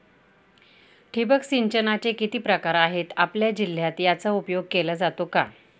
ठिबक सिंचनाचे किती प्रकार आहेत? आपल्या जिल्ह्यात याचा उपयोग केला जातो का?